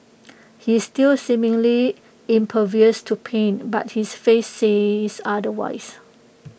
he's still seemingly impervious to pain but his face says otherwise